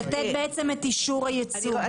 לתת את אישור הייצוא.